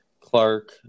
Clark